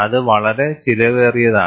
അത് വളരെ ചെലവേറിയതാണ്